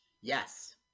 Yes